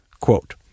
Quote